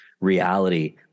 reality